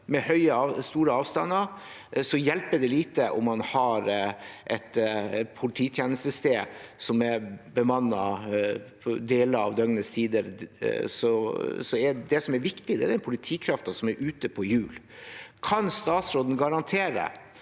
er ute. Med store avstander hjelper det lite at man har et polititjenestested som er bemannet deler av døgnets tider. Det som er viktig, er politikraften ute på hjul. Kan statsråden garantere